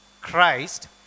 Christ